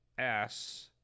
-S